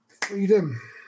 Freedom